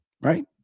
Right